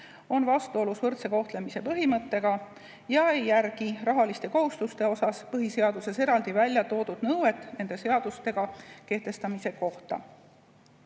on vastuolus võrdse kohtlemise põhimõttega ja ei järgi rahaliste kohustuste osas põhiseaduses eraldi välja toodud nõuet nende seadustega kehtestamise kohta.